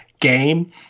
game